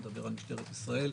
משטרת ישראל,